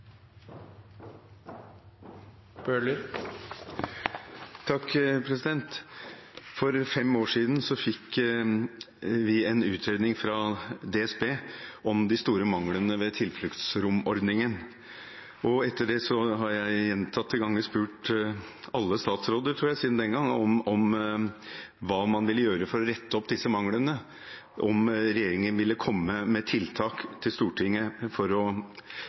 For fem år siden fikk vi en utredning fra DSB om de store manglene ved tilfluktsromordningen. Etter det har jeg gjentatte ganger spurt alle statsråder, tror jeg, om hva man vil gjøre for å rette opp disse manglene, og om regjeringen vil komme med tiltak til Stortinget for å